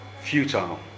futile